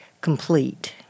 complete